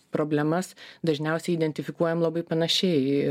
problemas dažniausiai identifikuojam labai panašiai